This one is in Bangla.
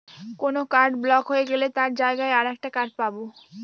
কোন কার্ড ব্লক হয়ে গেলে তার জায়গায় আর একটা কার্ড পাবো